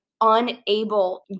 unable